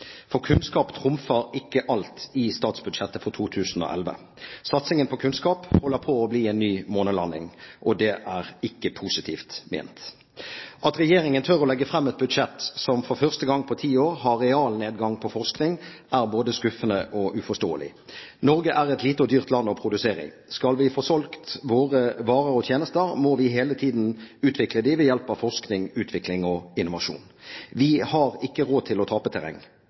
for kunnskap trumfer ikke alt i statsbudsjettet for 2011. Satsingen på kunnskap holder på å bli en ny månelanding. Og det er ikke positivt ment. At regjeringen tør å legge fram et budsjett som for første gang på ti år har realnedgang på forskning, er både skuffende og uforståelig. Norge er et lite og dyrt land å produsere i. Skal vi få solgt våre varer og tjenester, må vi hele tiden utvikle dem ved hjelp av forskning, utvikling og innovasjon. Vi har ikke råd til å tape terreng.